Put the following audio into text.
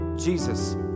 Jesus